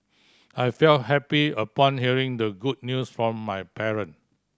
I felt happy upon hearing the good news from my parent